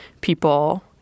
people